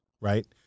Right